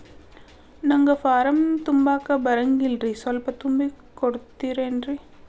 ನಂಗ ಫಾರಂ ತುಂಬಾಕ ಬರಂಗಿಲ್ರಿ ಸ್ವಲ್ಪ ತುಂಬಿ ಕೊಡ್ತಿರೇನ್ರಿ?